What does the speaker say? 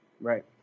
Right